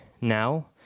now